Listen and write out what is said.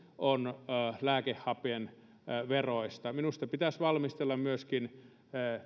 on lähes lääkehapen veroista minusta pitäisi valmistella myöskin